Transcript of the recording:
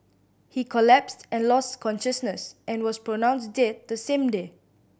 he collapsed and lost consciousness and was pronounced dead the same day